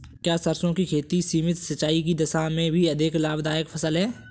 क्या सरसों की खेती सीमित सिंचाई की दशा में भी अधिक लाभदायक फसल है?